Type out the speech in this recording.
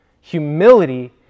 humility